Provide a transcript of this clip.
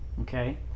Okay